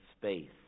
space